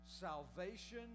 salvation